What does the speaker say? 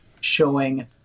showing